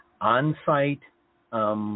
on-site